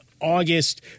August